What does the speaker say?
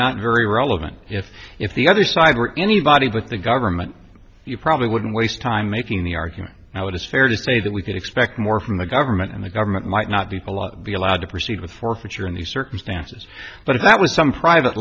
not very relevant if if the other side were anybody but the government you probably wouldn't waste time making the argument now it is fair to say that we could expect more from the government and the government might not be a lot be allowed to proceed with forfeiture in these circumstances but if that was some private